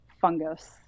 fungus